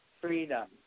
Freedom